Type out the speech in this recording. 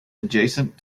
adjacent